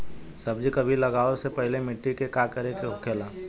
सब्जी कभी लगाओ से पहले मिट्टी के का करे के होखे ला?